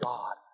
God